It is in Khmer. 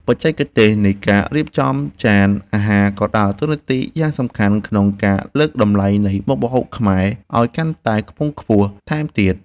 បច្ចេកទេសនៃការរៀបចំចានអាហារក៏ដើរតួនាទីយ៉ាងសំខាន់ក្នុងការលើកតម្លៃនៃម្ហូបខ្មែរឱ្យកាន់តែខ្ពង់ខ្ពស់ថែមទៀត។